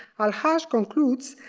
al-haj concludes,